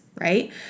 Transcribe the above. right